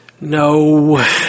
No